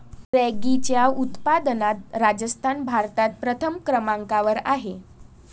रॅगीच्या उत्पादनात राजस्थान भारतात प्रथम क्रमांकावर आहे